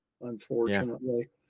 unfortunately